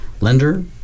lender